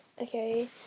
Okay